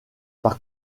par